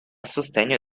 sostegno